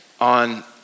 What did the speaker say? on